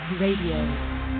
Radio